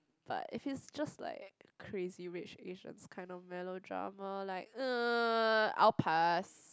but if it's just like Crazy Rich Asians kind of melodrama like I'll pass